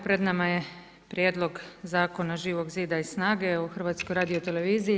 Pred nama je prijedlog zakona Živog zida i SNAGA-e o HRT-u.